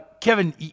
Kevin